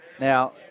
Now